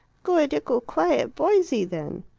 good ickle quiet boysey, then.